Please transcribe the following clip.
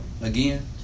Again